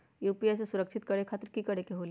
UPI सुरक्षित करे खातिर कि करे के होलि?